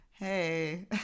Hey